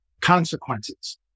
consequences